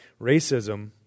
Racism